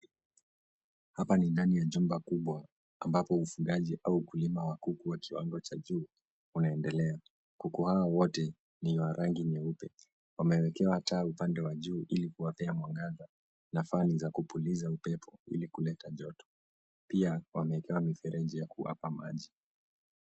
Hapa ni ndani ya jumba kubwa ambapo ufugaji au ukulima wa kuku wa kiwango cha juu, unaendelea. Kuku hao wote ni wa rangi nyeupe. Wamewekewa taa upande wa juu ili kuwapea mwangaza na fani za kupuliza upepo ili kuleta joto. Pia wamewekewa mifereji ya kuwapa maji.